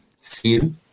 See